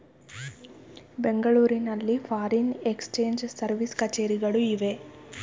ಬೆಂಗಳೂರಿನಲ್ಲಿ foreign exchange service ಕಛೇರಿಗಳು ಇವೆ